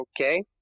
Okay